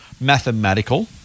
mathematical